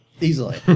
Easily